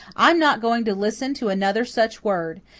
i'm not going to listen to another such word.